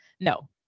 No